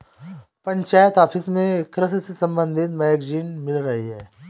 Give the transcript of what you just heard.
panchayat office में कृषि से संबंधित मैगजीन मिल रही है